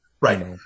Right